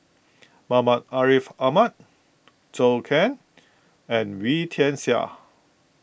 Muhammad Ariff Ahmad Zhou Can and Wee Tian Siak